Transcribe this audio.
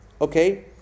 Okay